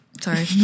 Sorry